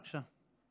בבקשה.